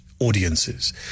Audiences